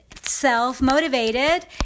self-motivated